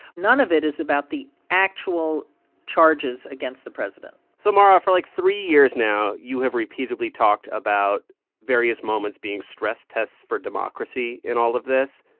none of it is about the actual charges against the president so, mara, for, like, three years now, you have repeatedly talked about various moments being stress tests for democracy in all of this.